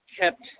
kept